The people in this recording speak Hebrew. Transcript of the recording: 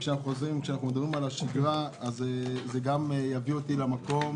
כשאנחנו מדברים על השגרה זה גם יביא אותי למקום,